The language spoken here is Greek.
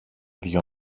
δυο